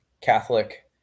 Catholic